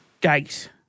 gate